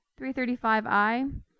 335i